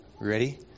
Ready